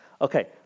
Okay